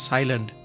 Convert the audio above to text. Silent